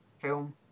film